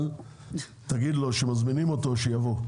אבל תגיד לו שכשמזמינים אותו שיבוא,